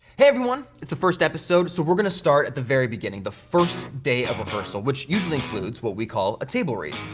everyone. it's the first episode, so we're going to start at the very beginning, the first day of rehearsal, which usually includes what we call a table read.